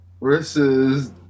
versus